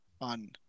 on